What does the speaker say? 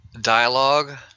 dialogue